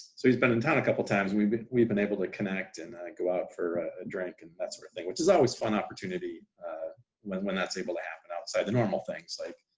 so he's been in town a couple times we've been we've been able to connect and go out for a drink and that sort of thing, which is always a fun opportunity when when that's able to happen outside the normal things like,